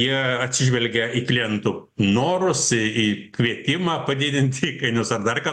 jie atsižvelgia į klientų norus į į kvietimą padidint įkainius ar dar ką